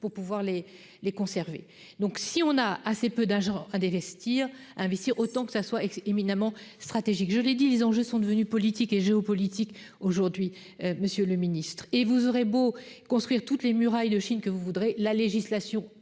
pour pouvoir les les conserver, donc si on a assez peu d'agents d'investir, investir autant que ça soit éminemment stratégique, je l'ai dit, les enjeux sont devenus politique et géopolitique aujourd'hui monsieur le Ministre, et vous aurez beau construire toutes les murailles de Chine que vous voudrez, la législation